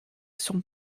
sont